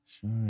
Sure